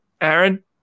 Aaron